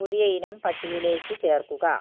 പുതിയ ഇനം പട്ടികയിലേക്ക് ചേർക്കുക